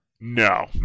No